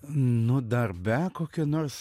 nu darbe kokį nors